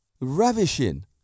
Ravishing